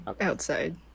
outside